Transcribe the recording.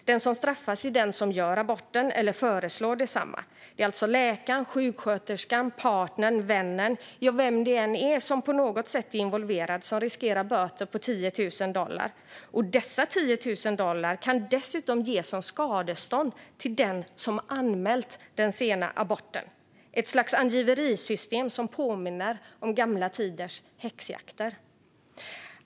Den som straffas är den som gör aborten eller som förslår densamma. Det är alltså läkaren, sjuksköterskan, partnern, vännen - ja, vem som än på något sätt är involverad - som riskerar böter på 10 000 dollar. Dessa 10 000 dollar kan dessutom ges som skadestånd till den som anmält den sena aborten. Det är ett slags angiverisystem som påminner om gamla tiders häxjakter.